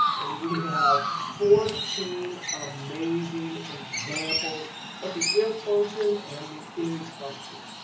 and we have fourteen amazing examples of the if function and the is functions.